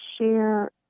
share